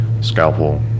Scalpel